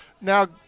now